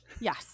Yes